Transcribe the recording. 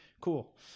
cool